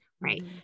right